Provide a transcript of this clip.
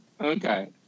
Okay